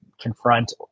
confront